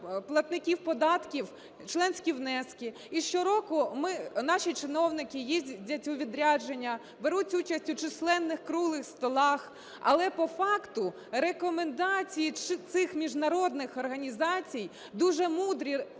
платників податків, членські внески, і щороку наші чиновники їздять у відрядження, беруть участь у численних круглих столах. Але по факту рекомендації цих міжнародних організацій, дуже мудрі